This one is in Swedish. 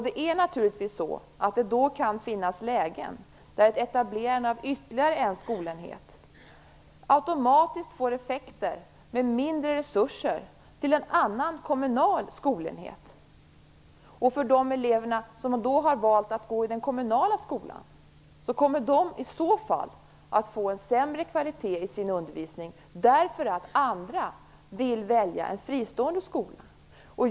Det kan då uppstå ett läge där etableringen av ytterligare en skolenhet automatiskt får den effekten att det blir mindre resurser till en annan, kommunal skolenhet. De elever som har valt att gå i den kommunala skolan kommer i så fall att få sämre kvalitet i sin undervisning därför att andra vill välja en fristående skola.